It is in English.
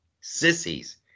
sissies